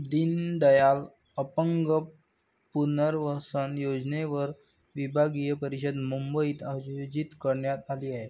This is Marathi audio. दीनदयाल अपंग पुनर्वसन योजनेवर विभागीय परिषद मुंबईत आयोजित करण्यात आली आहे